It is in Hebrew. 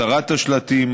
הסרת השלטים,